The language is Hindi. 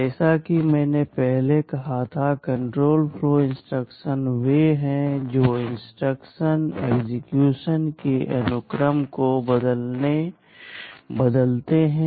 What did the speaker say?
जैसा कि मैंने पहले कहा था कण्ट्रोल फ्लो इंस्ट्रक्शन वे हैं जो इंस्ट्रक्शन एक्सेक्यूशन के अनुक्रम को बदलते हैं